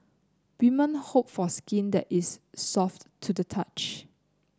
women hope for skin that is soft to the touch